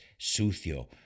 sucio